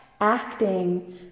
acting